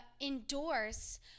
endorse